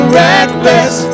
reckless